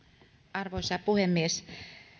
arvoisa puhemies